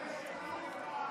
תתבייש לך,